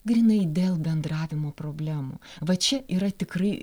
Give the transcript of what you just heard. grynai dėl bendravimo problemų va čia yra tikrai